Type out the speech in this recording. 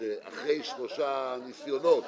שאחרי שלושה ניסיונות